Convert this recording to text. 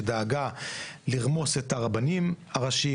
שדאגה לרמוס את הרבנים הראשיים,